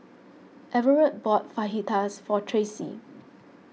Everett bought Fajitas for Tracee